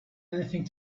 anything